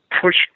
push